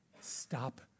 Stop